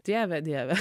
dieve dieve